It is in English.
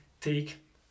take